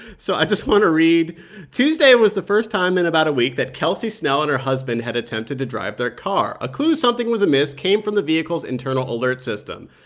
so i just want to read tuesday was the first time in about a week that kelsey snell and her husband had attempted to drive their car. a clue something was amiss came from the vehicle's internal alert system.